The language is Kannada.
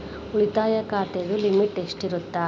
ಉಳಿತಾಯ ಖಾತೆದ ಲಿಮಿಟ್ ಎಷ್ಟ ಇರತ್ತ?